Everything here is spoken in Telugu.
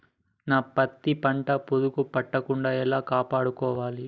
నా పత్తి పంట పురుగు పట్టకుండా ఎలా కాపాడుకోవాలి?